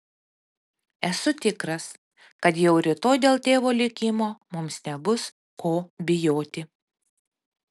esu tikras kad jau rytoj dėl tėvo likimo mums nebus ko bijoti